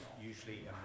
usually